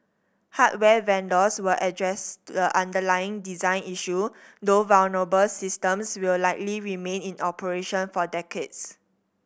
hardware vendors will address the underlying design issue though vulnerable systems will likely remain in operation for decades